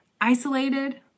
isolated